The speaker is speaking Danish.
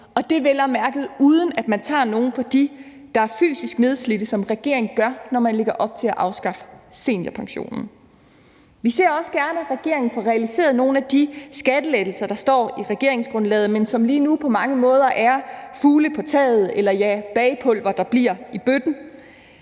er vel at mærke, uden at man tager noget fra dem, der er fysisk nedslidte, sådan som regeringen gør, når den lægger op til at afskaffe seniorpensionen. Vi ser også gerne, at regeringen får realiseret nogle af de skattelettelser, der står i regeringsgrundlaget, men som lige nu på mange måder er fugle på taget eller, ja, bagepulver, der bliver i bøtten.